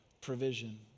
provision